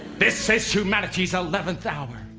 this is humanity's eleventh hour